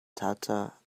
tata